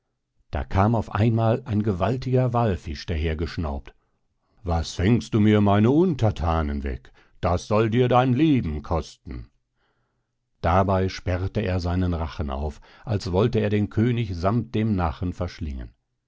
da kam auf einmal ein gewaltiger wallfisch daher geschnaubt was fängst du mir meine unterthanen weg das soll dir dein leben kosten dabei sperrte er seinen rachen auf als wollte er den könig sammt dem nachen verschlingen